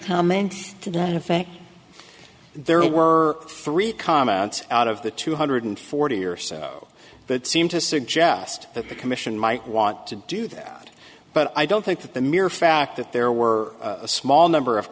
comment to that effect there were three comments out of the two hundred forty or so but seem to suggest that the commission might want to do that but i don't think that the mere fact that there were a small number of